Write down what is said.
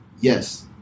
yes